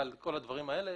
על כל הדברים האלה.